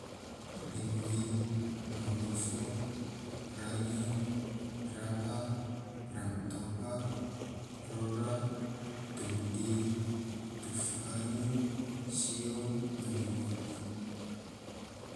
Rimoi, malofo, range, raha, ramtoha, rora, tomdi, tufkange, sio, nyagi moi.